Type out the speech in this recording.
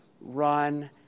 run